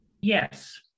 Yes